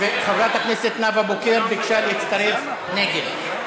וחברת הכנסת נאוה בוקר ביקשה להצטרף, נגד.